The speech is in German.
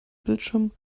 bildschirm